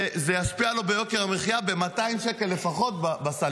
זה ישפיע עליו ביוקר המחיה ב-200 שקל לפחות בסל.